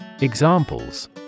Examples